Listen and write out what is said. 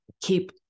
keep